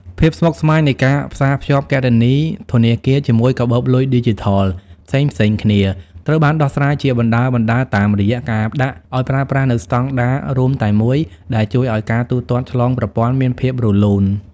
ភាពស្មុគស្មាញនៃការផ្សារភ្ជាប់គណនីធនាគារជាមួយកាបូបលុយឌីជីថលផ្សេងៗគ្នា ត្រូវបានដោះស្រាយជាបណ្ដើរៗតាមរយៈការដាក់ឱ្យប្រើប្រាស់នូវស្តង់ដាររួមតែមួយ ដែលជួយឱ្យការទូទាត់ឆ្លងប្រព័ន្ធមានភាពរលូន។